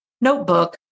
notebook